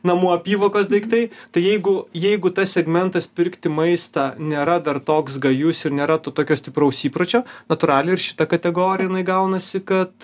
namų apyvokos daiktai tai jeigu jeigu tas segmentas pirkti maistą nėra dar toks gajus ir nėra to tokio stipraus įpročio natūraliai ir šita kategori inai gaunasi kad